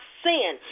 sin